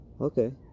okay